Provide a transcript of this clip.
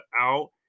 out